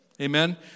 Amen